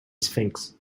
sphinx